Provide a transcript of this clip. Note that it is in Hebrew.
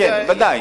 בוודאי.